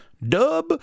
Dub